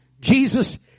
Jesus